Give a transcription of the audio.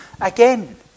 again